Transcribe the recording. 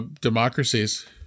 democracies